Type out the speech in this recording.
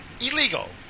illegal